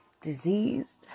Diseased